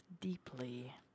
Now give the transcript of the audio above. deeply